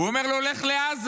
הוא אומר לו: לך לעזה.